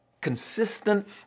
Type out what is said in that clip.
consistent